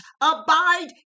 abide